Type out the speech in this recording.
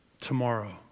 tomorrow